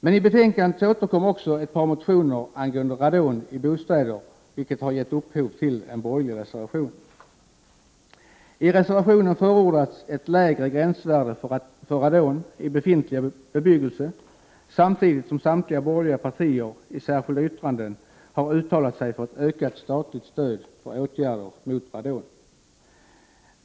I betänkandet återkommer också ett par motioner angående radon i bostäder, vilket gett upphov till en borgerlig reservation. I reservationen förordas ett lägre gränsvärde för radon i befintlig bebyggelse, samtidigt som samtliga borgerliga partier i särskilda yttranden uttalat sig för ett ökat statligt stöd för åtgärder mot radon.